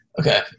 Okay